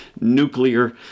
nuclear